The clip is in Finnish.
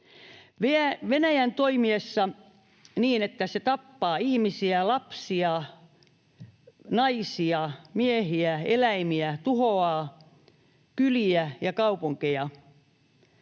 Venäjän toimiessa niin, että se tappaa ihmisiä — lapsia, naisia, miehiä — eläimiä, tuhoaa kyliä ja kaupunkeja,